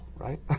Right